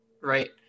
Right